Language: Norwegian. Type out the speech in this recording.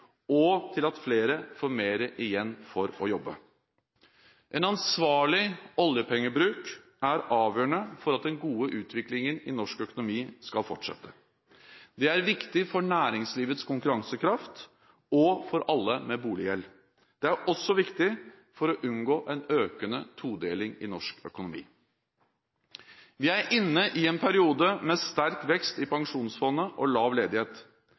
og til at flere får mer igjen for å jobbe. En ansvarlig oljepengebruk er avgjørende for at den gode utviklingen i norsk økonomi skal fortsette. Det er viktig for næringslivets konkurransekraft og for alle med boliggjeld. Det er også viktig for å unngå en økende todeling i norsk økonomi. Vi er inne i en periode med sterkt vekst i pensjonsfondet og lav ledighet.